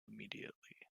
immediately